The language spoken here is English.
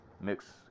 mix